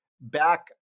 back